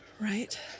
Right